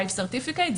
TYPE CERTIFICATE,